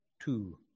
two